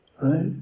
Right